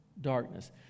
darkness